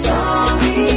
Sorry